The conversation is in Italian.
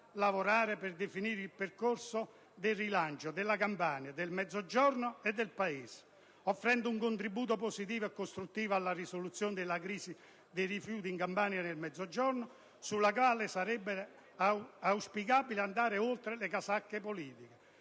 lavorare per definire il percorso di rilancio della Campania, del Mezzogiorno e del Paese, offrendo un contributo positivo e costruttivo alla risoluzione della crisi dei rifiuti in Campania e nel Mezzogiorno, sulla quale sarebbe auspicabile andare oltre le casacche politiche.